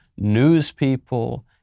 newspeople